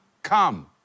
Come